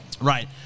Right